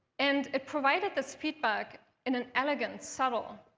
and it provided this feedback in an elegant, subtle,